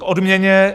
K odměně.